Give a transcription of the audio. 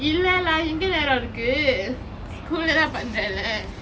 இல்லே:ille lah எங்கே நேரம் இருக்கு:enge neram irukku school எல்லாம் பன்றேன்லே:ellam panrenle